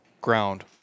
ground